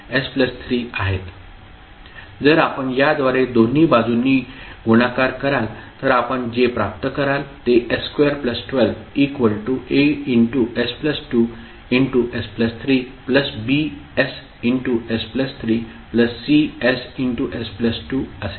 जर आपण याद्वारे दोन्ही बाजूंनी गुणाकार कराल तर आपण जे प्राप्त कराल ते s212As2s3Bss3Css2 असेल